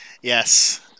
yes